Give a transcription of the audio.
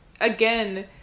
again